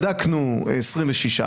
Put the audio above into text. בדקנו 26,